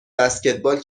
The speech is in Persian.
بسکتبال